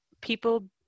people